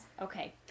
Okay